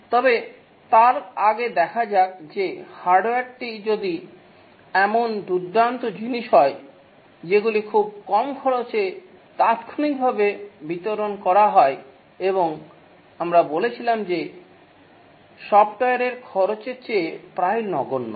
তবে তার আগে দেখা যাক যে হার্ডওয়্যারটি যদি এমন দুর্দান্ত জিনিস হয় যেগুলি খুব কম খরচে তাত্ক্ষণিকভাবে বিতরণ করা হয় এবং আমরা বলেছিলাম যে সফটওয়্যারের খরচের চেয়ে প্রায় নগন্য